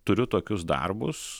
turiu tokius darbus